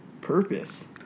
purpose